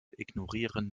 ignorieren